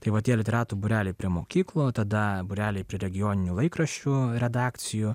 tai va tie literatų būreliai prie mokyklų tada būreliai prie regioninių laikraščių redakcijų